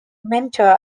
mentor